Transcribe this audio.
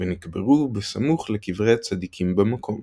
ונקברו בסמוך לקברי הצדיקים במקום.